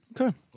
Okay